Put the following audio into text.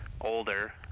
older